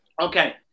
Okay